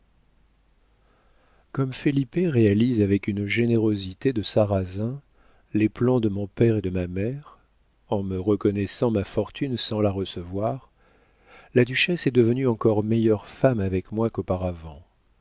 comme felipe réalise avec une générosité de sarrazin les plans de mon père et de ma mère en me reconnaissant ma fortune sans la recevoir la duchesse est devenue encore meilleure femme avec moi qu'auparavant